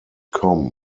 com